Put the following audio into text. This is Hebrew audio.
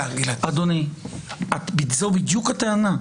אדוני, זו בדיוק הטענה.